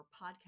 podcast